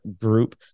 group